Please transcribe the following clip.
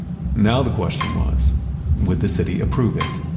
now the question was would the city approve it?